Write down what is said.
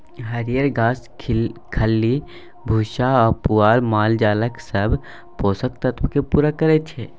हरियर घास, खल्ली भुस्सा आ पुआर मालजालक सब पोषक तत्व केँ पुरा करय छै